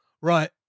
right